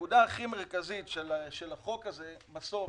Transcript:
שהנקודה הכי מרכזית של החוק הזה בסוף,